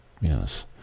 Yes